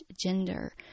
gender